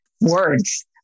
words